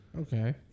Okay